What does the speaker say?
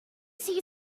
see